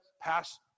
pass